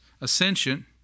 ascension